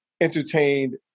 entertained